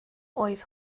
oedd